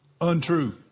Untrue